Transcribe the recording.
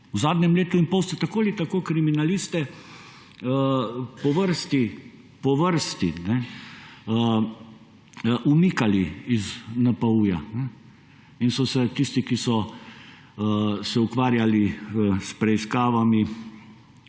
v zadnjem letu in pol ste tako ali tako kriminaliste po vrsti umikali iz NPU in so se tisti, ki so se ukvarjali s preiskavami,